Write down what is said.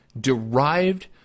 derived